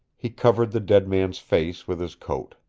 he covered the dead man's face with his coat.